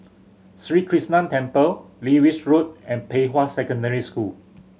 Sri Krishnan Temple Lewis Road and Pei Hwa Secondary School